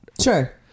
Sure